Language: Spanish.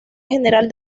general